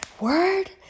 Word